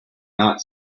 not